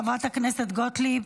חברת הכנסת גוטליב,